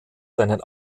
seinen